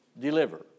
deliver